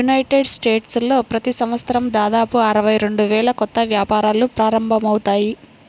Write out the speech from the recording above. United స్టేట్స్లో ప్రతి సంవత్సరం దాదాపు అరవై రెండు వేల కొత్త వ్యాపారాలు ప్రారంభమవుతాయి